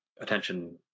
attention